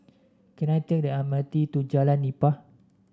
can I take the M R T to Jalan Nipah